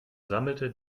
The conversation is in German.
sammelte